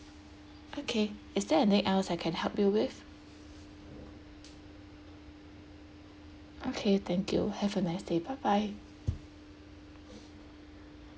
okay is there any else I can help you with okay thank you have a nice day bye bye